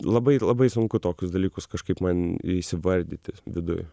labai labai sunku tokius dalykus kažkaip man įsivardyti viduj